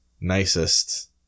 nicest